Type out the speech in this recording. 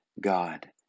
God